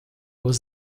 was